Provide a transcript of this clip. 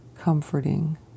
comforting